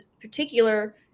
particular